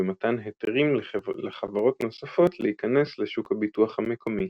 במתן היתרים לחברות נוספות להיכנס לשוק הביטוח המקומי.